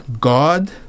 God